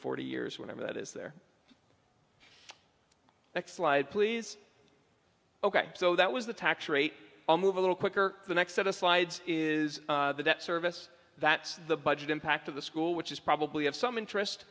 forty years whatever that is their next slide please ok so that was the tax rate i'll move a little quicker the next set of slides is the debt service that the budget impact of the school which is probably have some interest